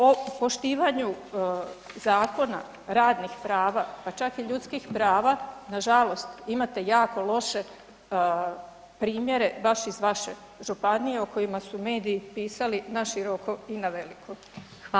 O poštivanju zakona radnih prava, pa čak i ljudskih prava, nažalost imate jako loše primjere baš iz vaše županije o kojima su mediji pisali na široko i na veliko.